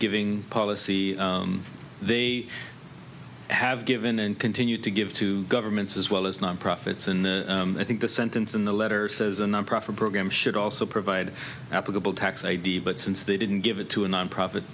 giving policy they have given and continue to give to governments as well as non profits and i think the sentence in the letter says a nonprofit program should also provide applicable tax i d but since they didn't give it to a nonprofit